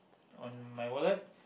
on my wallet